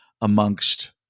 amongst